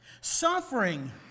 suffering